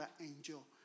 angel